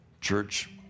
Church